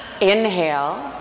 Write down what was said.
Inhale